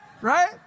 right